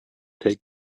take